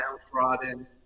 downtrodden